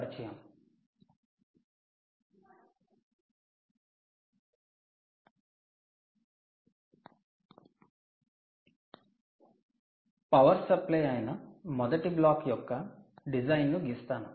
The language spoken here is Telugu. పవర్ సప్లై అయిన మొదటి బ్లాక్ యొక్క డిజైన్ను గీస్తాను